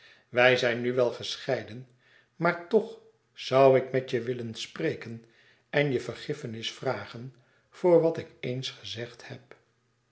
wij zijn nu wel gescheiden maar toch zoû ik met je willen spreken en je vergiffenis vragen voor wat ik eens gezegd heb